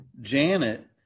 Janet